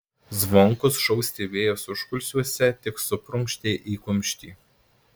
zvonkus šou stebėjęs užkulisiuose tik suprunkštė į kumštį